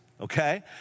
Okay